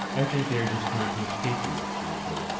i think they are just trying to escape you, she retorted.